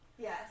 Yes